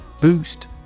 Boost